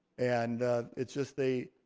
and it's just the,